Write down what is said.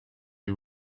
who